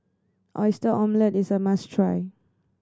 Oyster Omelette is a must try